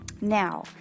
Now